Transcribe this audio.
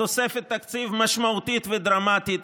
תוספת תקציב משמעותית ודרמטית